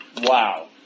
Wow